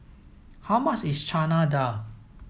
how much is Chana Dal